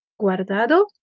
guardado